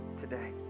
today